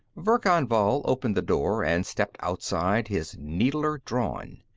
verkan vall opened the door and stepped outside, his needler drawn.